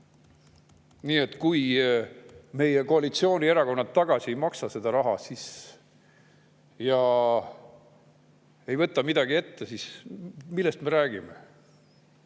Nii et kui meie koalitsioonierakonnad ei maksa seda raha tagasi ja ei võta midagi ette, siis millest me räägime?